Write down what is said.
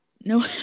no